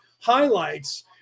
highlights